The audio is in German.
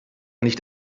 nicht